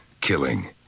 killing